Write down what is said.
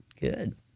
good